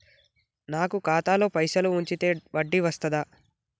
నాకు ఖాతాలో పైసలు ఉంచితే వడ్డీ వస్తదా?